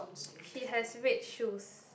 she has red shoes